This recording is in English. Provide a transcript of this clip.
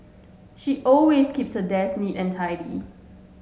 she always keeps her desk neat and tidy